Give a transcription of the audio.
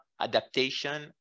adaptation